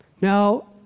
Now